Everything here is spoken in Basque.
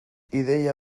ideia